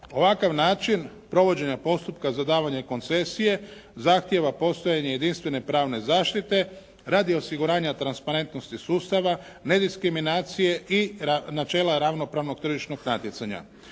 Ovakav način provođenja postupka za davanje koncesije zahtjeva postojanje jedinstvene pravne zaštite radi osiguranja transparentnosti sustava, … i načela ravnopravnog tržišnog natjecanja.